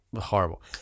horrible